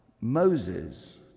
Moses